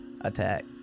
Attack